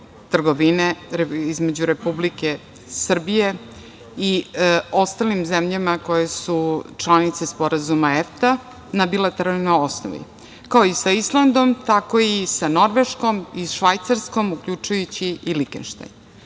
trgovine između Republike Srbije i ostalim zemljama koje su članice Sporazuma EFTA na bilateralnoj osnovi, kao i sa Islandom, tako i sa Norveškom i Švajcarskom, uključujući i